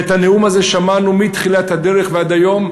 ואת הנאום הזה שמענו מתחילת הדרך ועד היום,